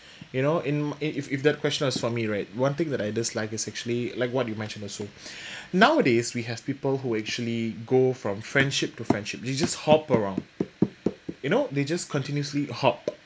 you know in if if that question was for me right one thing that I dislike is actually like what you mention also nowadays we have people who actually go from friendship to friendship they just hop around you know they just continuously hop